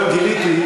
היום גיליתי,